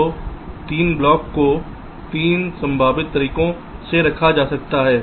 तो इन 3 ब्लॉकों को 3 संभावित तरीकों से रखा जा सकता है